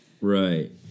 Right